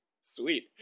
Sweet